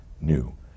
new